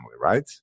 right